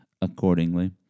accordingly